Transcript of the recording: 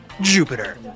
Jupiter